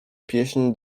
pieśń